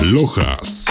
Lojas